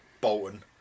Bolton